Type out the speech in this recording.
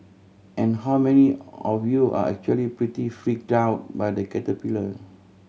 and how many of you are actually pretty freaked out by the caterpillar